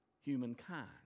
humankind